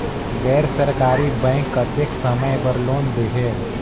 गैर सरकारी बैंक कतेक समय बर लोन देहेल?